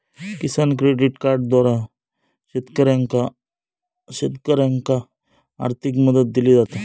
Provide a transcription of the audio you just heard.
किसान credit कार्डद्वारा शेतकऱ्यांनाका आर्थिक मदत दिली जाता